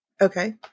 Okay